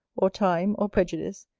or time, or prejudice,